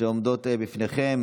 שעומדות בפניכם.